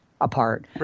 apart